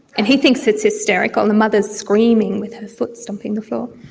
and he thinks it's hysterical and the mother is screaming with her foot stomping the floor.